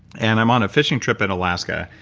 and i'm on a fishing trip in alaska,